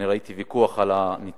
אני ראיתי ויכוח על הנתונים,